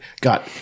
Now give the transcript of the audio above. got